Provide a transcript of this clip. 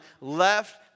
left